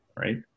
Right